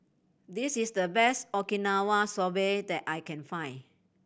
this is the best Okinawa Soba that I can find